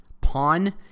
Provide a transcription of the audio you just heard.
Pawn